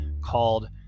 called